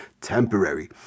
temporary